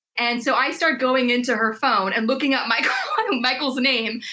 and so i start going into her phone, and looking up michael's michael's name,